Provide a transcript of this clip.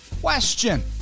Question